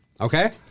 Okay